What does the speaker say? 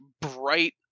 bright